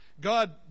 God